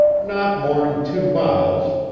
not more'n two miles,